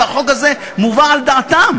והחוק הזה מובא על דעתם.